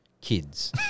kids